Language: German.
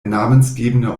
namensgebende